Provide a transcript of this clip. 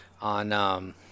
on